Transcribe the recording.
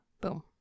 Boom